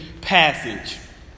passage